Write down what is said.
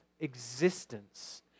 existence